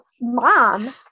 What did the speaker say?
mom